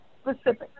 specific